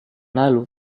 lalu